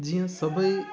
जीअं सभेई